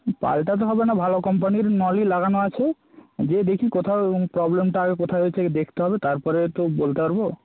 পাল্টাতে হবে না ভালো কোম্পানির নলই লাগানো আছে যেয়ে দেখি কোথাও পবলেমটা আগে কোথায় হয়েছে আগে দেখতে হবে তারপরে তো বলতে পারবো